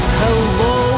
hello